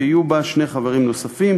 ויהיו בה שני חברים נוספים,